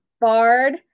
bard